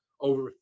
over